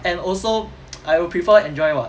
and also I will prefer enjoy [what]